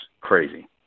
crazy